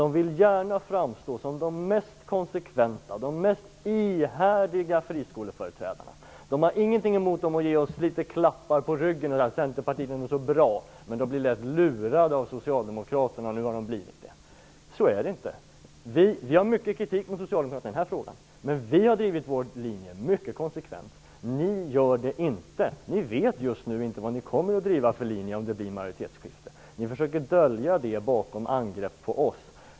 De vill emellertid gärna framstå som de mest konsekventa, de mest ihärdiga friskoleföreträdarna. De har ingenting emot att ge oss litet klappar på ryggen och säga att "Centerpartiet är bra, men de blir lätt lurade av Socialdemokraterna - och nu har de blivit det". Så är det inte. Vi har mycket kritik mot Socialdemokraterna i den här frågan, men vi har drivit vår linje mycket konsekvent. Ni gör det inte. Ni vet just nu inte vilken linje ni kommer att driva om det blir ett majoritetsskifte. Ni försöker dölja det bakom angrepp på oss.